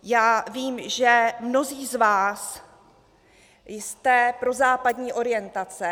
Já vím, že mnozí z vás jste prozápadní orientace.